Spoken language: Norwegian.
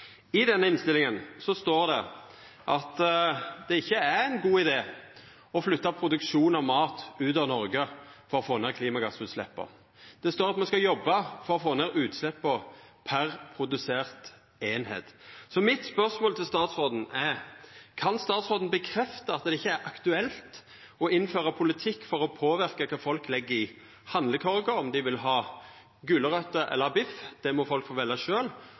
I den innstillinga står det at det ikkje er ein god idé å flytta produksjon av mat ut av Noreg for å få ned klimagassutsleppa. Det står at me skal jobba for å få ned utsleppa per produsert eining. Mitt spørsmål til statsråden er: Kan statsråden bekrefta at det ikkje er aktuelt å innføra politikk for å påverka kva folk legg i handlekorga – om dei vil ha gulrøter eller biff, det må folk få velja